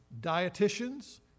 dietitians